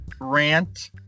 rant